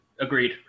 Agreed